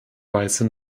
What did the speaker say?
weise